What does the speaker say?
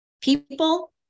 People